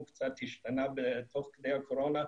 הוא קצת השתנה תוך כדי הקורונה,